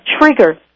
trigger